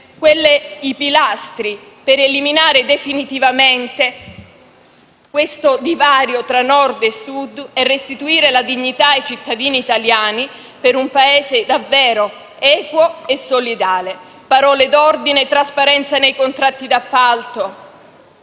i pilastri per eliminare definitivamente questo divario tra Nord e Sud e restituire finalmente la dignità ai cittadini italiani, per un Paese davvero equo e solidale. Le parole d'ordine sono trasparenza nei contratti d'appalto,